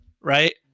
right